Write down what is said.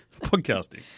podcasting